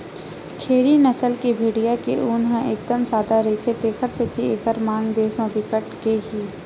खेरी नसल के भेड़िया के ऊन ह एकदम सादा रहिथे तेखर सेती एकर मांग देस म बिकट के हे